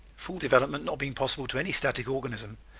full development not being possible to any static organism.